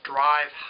Drive